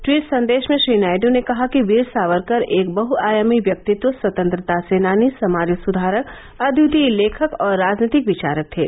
tweet संदेश में श्री नायडू ने कहा कि वीर सावरकर एक बहुआयामी व्यक्तित्व स्वतंत्रता सेनानी समाज सुधारक अद्वितीय लेखक और राजनीतिक विचारक थे